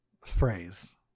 phrase